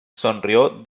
sonrió